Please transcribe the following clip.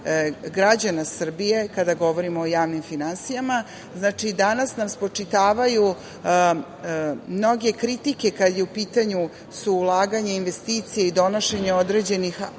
građana Srbije, kada govorimo o javnim finansijama, danas nam spočitavaju mnoge kritike kada su u pitanju ulaganja, investicije i donošenje određenih